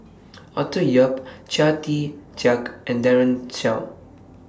Arthur Yap Chia Tee Chiak and Daren Shiau